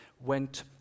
went